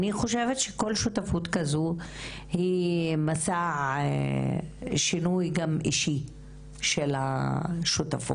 אני חושבת שכל שותפות כזו היא מסע שינוי גם אישי של השותפות,